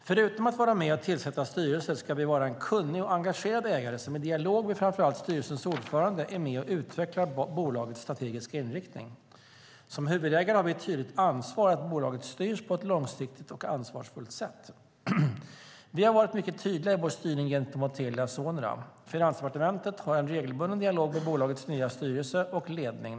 Förutom att vara med och tillsätta styrelsen ska vi vara en kunnig och engagerad ägare som i dialog med framför allt styrelsens ordförande är med och utvecklar bolagets strategiska inriktning. Som huvudägare har vi ett tydligt ansvar att bolaget styrs på ett långsiktigt och ansvarsfullt sätt. Vi har varit mycket tydliga i vår styrning gentemot Telia Sonera. Finansdepartementet har en regelbunden dialog med bolagets nya styrelse och ledning.